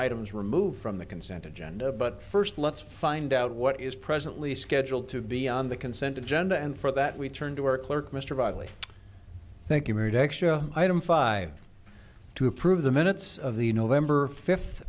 items removed from the consent agenda but first let's find out what is presently scheduled to be on the consent agenda and for that we turn to our clerk mr vitally thank you married extra item five to approve the minutes of the november fifth